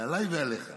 זה עליי ועליך.